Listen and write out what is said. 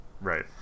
Right